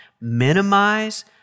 minimize